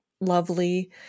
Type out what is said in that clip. lovely